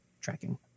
tracking